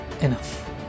enough